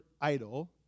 idol